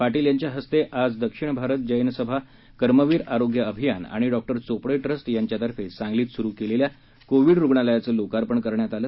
पाटील यांच्या हस्ते आज दक्षिण भारत जैनसभा कर्मवीर आरोग्य अभियान आणि डॉ घोपडे ट्रस्ट यांच्यातर्फे सांगलीत सुरु केलेल्या कोविड रुग्णालयाचं लोकार्पण करण्यात आलं